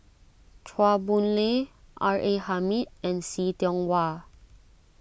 Chua Boon Lay R A Hamid and See Tiong Wah